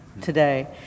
today